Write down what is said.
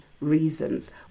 reasons